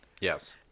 Yes